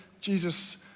Jesus